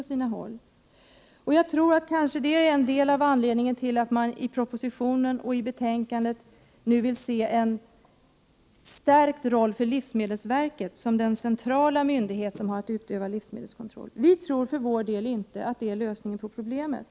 Detta är kanske en av anledningarna till att man i propositionen och i betänkandet nu säger sig vilja se att livsmedelsverket får en starkare ställning som den centrala myndighet som har att utöva livsmedelskontroll. Vi tror inte att detta är lösningen på problemet.